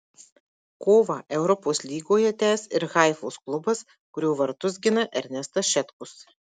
kovą europos lygoje tęs ir haifos klubas kurio vartus gina ernestas šetkus